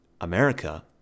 America